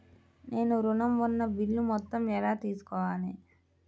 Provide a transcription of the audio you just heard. నేను ఋణం ఉన్న బిల్లు మొత్తం ఎలా తెలుసుకోవాలి?